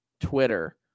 Twitter